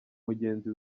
mugenzi